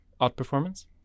outperformance